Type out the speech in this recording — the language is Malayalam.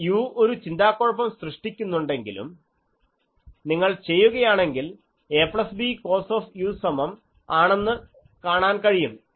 ഈ u ഒരു ചിന്താക്കുഴപ്പം സൃഷ്ടിക്കുന്നുണ്ടെങ്കിലും നിങ്ങൾ ചെയ്യുകയാണെങ്കിൽ ab cos സമം ആണെന്ന് കാണാൻ കഴിയും